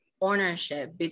ownership